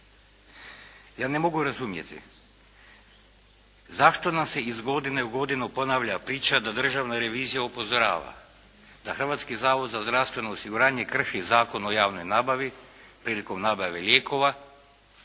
Ja ne mogu razumjeti zašto nam se iz godine u godinu ponavlja priča da Državna revizija upozorava, da Hrvatski zavod za zdravstveno osiguranje krši Zakon o javnoj nabavi prilikom nabave lijekova,